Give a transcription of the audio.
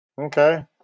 Okay